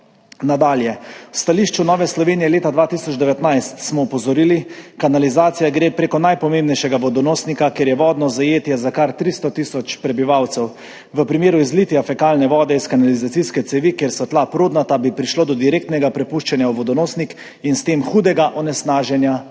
Nadalje. V stališču Nove Slovenije leta 2019 smo opozorili, da gre kanalizacija prek najpomembnejšega vodonosnika, kjer je vodno zajetje za kar 300 tisoč prebivalcev, v primeru izlitja fekalne vode iz kanalizacijske cevi, kjer so tla prodnata, bi prišlo do direktnega prepuščanja v vodonosnik in s tem hudega onesnaženja pitne vode.